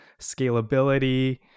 scalability